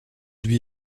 lui